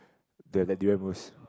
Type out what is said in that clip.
the that durian mousse